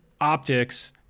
optics